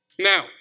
Now